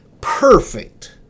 perfect